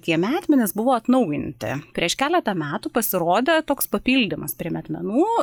tie metmenys buvo atnaujinti prieš keletą metų pasirodė toks papildymas prie metmenų